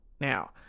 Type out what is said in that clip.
Now